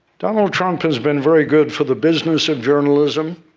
donald trump has been very good for the business of journalism,